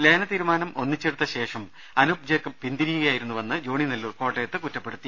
ലയന തീരുമാനം ഒന്നിച്ചെടുത്ത ശേഷം അനൂപ് ജേക്കബ് പിന്തിരിയുകയായിരുന്നുവെന്ന് ജോണി നെല്ലൂർ കോട്ടയത്ത് കുറ്റപ്പെടുത്തി